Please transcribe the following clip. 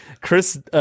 Chris